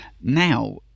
Now